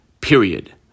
period